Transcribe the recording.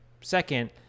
second